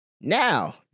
Now